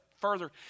further